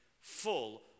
full